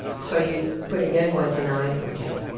so, you put again one to nine or ten.